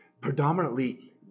predominantly